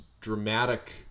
dramatic